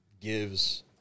gives